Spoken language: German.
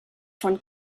von